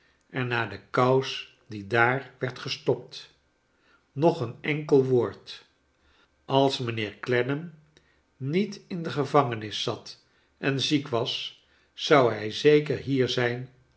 en naar de kous die daar werd gestopt nog een enkel woord als mijnheer clennam niet in de gevangenis zat en ziek was zou hij zeker hier zijn